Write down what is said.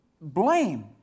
Blame